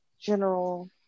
general